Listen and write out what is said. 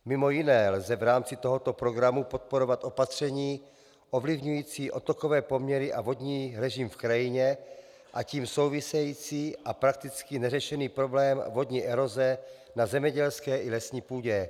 Mimo jiné lze v rámci tohoto programu podporovat opatření ovlivňující odtokové poměry a vodní režim v krajině a s tím související a prakticky neřešený problém vodní eroze na zemědělské i lesní půdě.